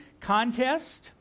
contest